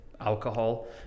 alcohol